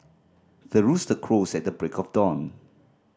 the rooster crows at the break of dawn